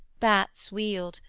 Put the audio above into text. bats wheeled,